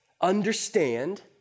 understand